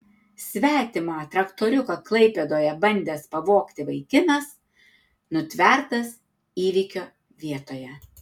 svetimą traktoriuką klaipėdoje bandęs pavogti vaikinas nutvertas įvykio vietoje